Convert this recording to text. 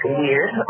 weird